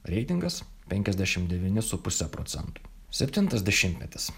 reitingas penkiasdešim devyni su puse procentų septintas dešimtmetis